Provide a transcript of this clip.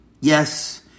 Yes